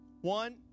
One